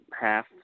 Half